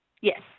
Yes